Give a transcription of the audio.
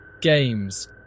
games